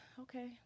okay